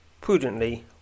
prudently